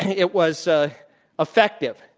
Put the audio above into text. it was ah effective.